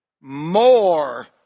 More